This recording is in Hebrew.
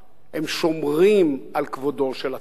הם שומרים על כבודו של הצבא,